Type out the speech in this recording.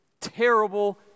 terrible